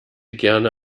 gerne